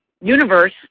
universe